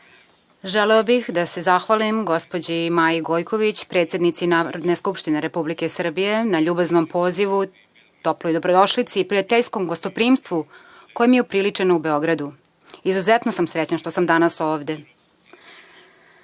Želeo bih da se zahvalim gospođi Maji Gojković, predsednici Narodne skupštine Republike Srbije na ljubaznom pozivu, toploj dobrodošlici, prijateljskom gostoprimstvu koje mi je upriličeno u Beogradu. Izuzetno sam srećan što sam danas